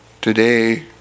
today